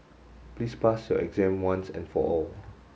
please pass your exam once and for all